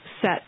set